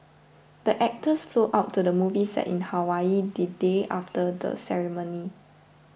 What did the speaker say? the actors flew out to the movie set in Hawaii the day after the ceremony